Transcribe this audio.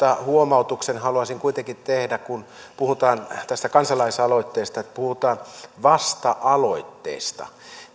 huomautuksen haluaisin kuitenkin tehdä kun puhutaan tästä kansalaisaloitteesta että puhutaan vasta aloitteesta